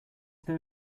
there